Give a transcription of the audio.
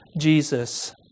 Jesus